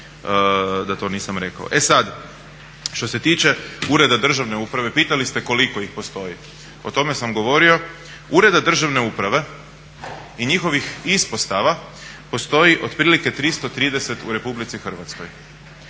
E sad što se tiče ureda državne uprave, pitali ste koliko ih postoji. O tome sam govorio. Ureda državne uprave i njihovih ispostava postoji otprilike 330 u Republici Hrvatskoj.